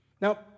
Now